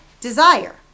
desire